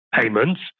payments